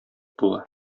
була